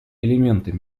элементы